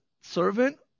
servant